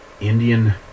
Indian